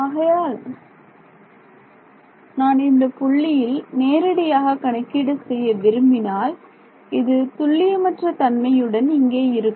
ஆகவே நான் இந்தப் புள்ளியில் நேரடியாக கணக்கீடு செய்ய விரும்பினால் இது துல்லியமற்ற தன்மையுடன் இங்கே இருக்கும்